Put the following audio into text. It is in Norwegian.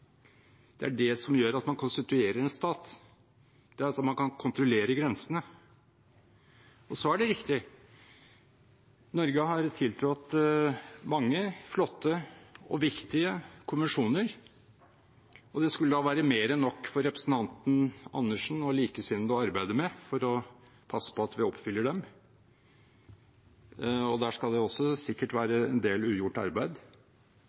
Det er det som gjør at man konstituerer en stat, det er at man kan kontrollere grensene. Så er det riktig at Norge har tiltrådt mange flotte og viktige konvensjoner, og det skulle være mer enn nok for representanten Andersen og likesinnede å arbeide med for å passe på at vi oppfyller dem – der skal det også sikkert være en del ugjort arbeid.